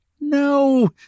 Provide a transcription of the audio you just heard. no